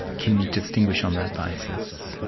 can you distinguish on that basis? well,